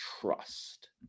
trust